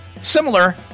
similar